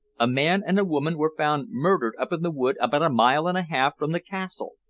a man and woman were found murdered up in the wood about a mile and a half from the castle.